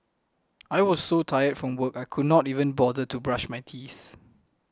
I was so tired from work I could not even bother to brush my teeth